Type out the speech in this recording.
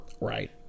Right